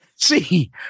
See